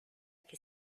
que